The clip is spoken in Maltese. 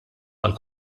għall